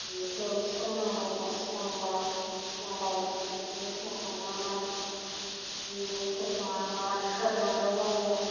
जिखौ सोंनांगौ सोंबा सोंबाय जि सोंखांनानै जि सोंखांनानै आरो थोरनांगौ जायो